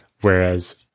Whereas